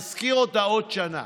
ישכיר אותה עוד שנה.